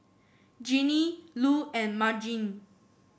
Ginny Lu and Margene